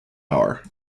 hour